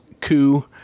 coup